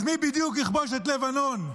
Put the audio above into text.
אז מי בדיוק יכבוש את לבנון?